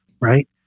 right